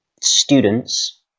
students